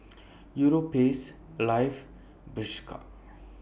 Europace Alive Bershka